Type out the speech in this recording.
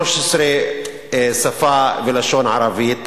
13 בשפה ולשון ערבית,